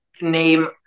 name